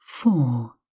Four